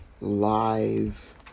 live